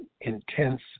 intense